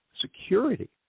security